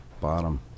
bottom